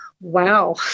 wow